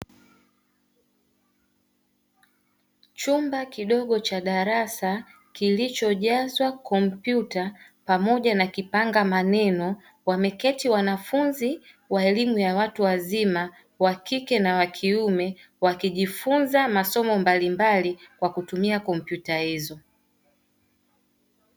Chumba kidogo cha darasa kilichojazwa kompyuta pamoja na kipanga maneno, wameketi wanafunzi wa elimu ya watu wazima wa kike na wa kiume wakijifunza masomo mbalimbali kwa kutumia kompyuta hizo.